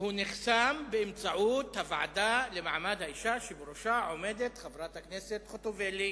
והוא נחסם באמצעות הוועדה למעמד האשה שבראשה עומדת חברת הכנסת חוטובלי.